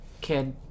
kid